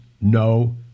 no